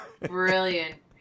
brilliant